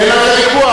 אין על זה ויכוח,